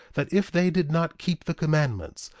that if they did not keep the commandments,